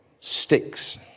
sticks